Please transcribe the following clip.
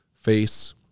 face